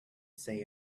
say